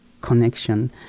connection